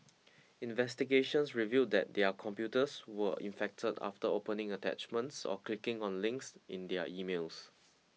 investigations revealed that their computers were infected after opening attachments or clicking on links in their emails